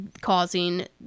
causing